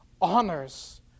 honors